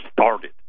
started